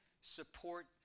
support